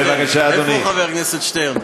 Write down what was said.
איפה חבר הכנסת שטרן?